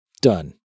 Done